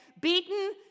Beaten